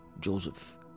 Joseph